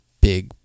big